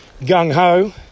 gung-ho